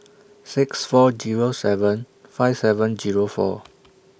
six four Zero seven five seven Zero four